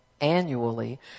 annually